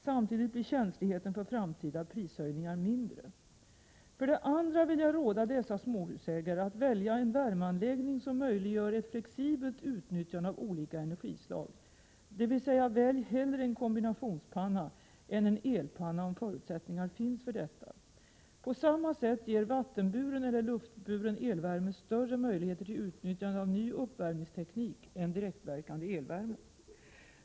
Samtidigt blir känsligheten för framtida prishöjningar mindre. För det andra vill jag råda dessa småhusägare att välja en värmeanläggning som möjliggör ett flexibelt utnyttjande av olika energislag, dvs. välj hellre en kombinationspanna än en elpanna om förutsättningar finns för detta. På samma sätt ger vattenburen eller luftburen elvärme större möjligheter till utnyttjande av ny uppvärmningsteknik än direktverkande elvärme.